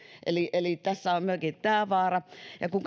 eli eli tässä on myöskin tämä vaara ja kun